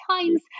times